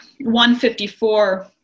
154